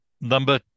number